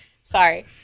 Sorry